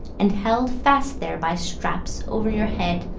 and held fast there by straps over your head,